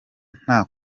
nta